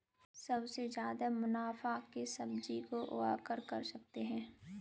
सबसे ज्यादा मुनाफा किस सब्जी को उगाकर कर सकते हैं?